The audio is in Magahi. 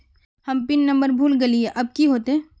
हम पिन नंबर भूल गलिऐ अब की होते?